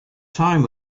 time